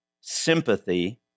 sympathy